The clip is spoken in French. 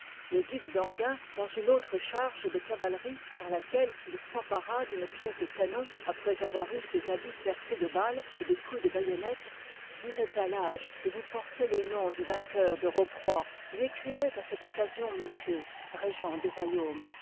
le duc d'en i pam ghien dans une autre charge de cavalerie liv i parlaquelleils'emparad'unepiècedecanon après avoir eu ses habits percés de balles et de coups de baïonnettes yous êtes à l'âge et vous portez le nom du vainqueur de rocroy lui écrivoit à cette occasion monsieur régent du royaume